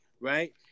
right